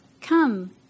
Come